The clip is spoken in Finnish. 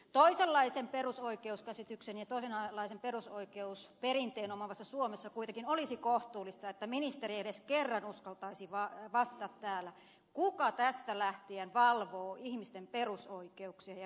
toisenlaisen perusoikeuskäsityksen ja toisenlaisen perusoikeusperinteen omaavassa suomessa kuitenkin olisi kohtuullista että ministeri edes kerran uskaltaisi vastata täällä kuka tästä lähtien valvoo ihmisten perusoikeuksia ja perusoikeuksien suojaa